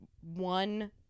one